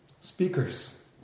speakers